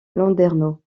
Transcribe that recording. landerneau